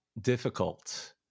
difficult